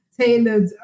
tailored